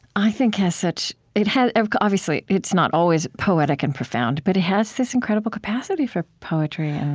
i think has such it has ah obviously, it's not always poetic and profound, but it has this incredible capacity for poetry and,